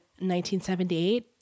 1978